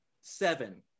Seven